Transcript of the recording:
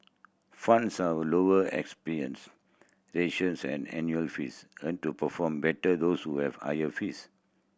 funds lower expense ratios and annual fees tend to perform better those with higher fees